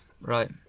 right